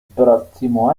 próximo